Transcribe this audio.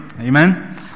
Amen